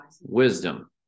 Wisdom